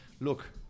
look